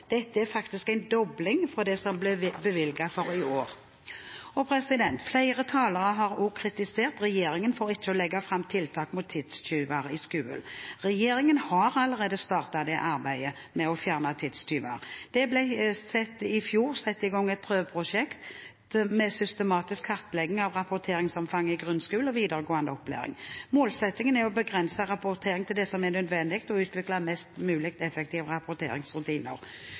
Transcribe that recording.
Dette er en dobling av det som ble bevilget for i år. Flere talere har kritisert regjeringen for ikke å legge fram tiltak mot tidstyver i skolen. Regjeringen har allerede startet arbeidet med å fjerne tidstyver. Det ble i fjor satt i gang et prøveprosjekt med systematisk kartlegging av rapporteringsomfanget i grunnskole og videregående opplæring. Målsettingen er å begrense rapporteringen til det som er nødvendig, og utvikle mest mulig effektive rapporteringsrutiner.